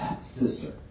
sister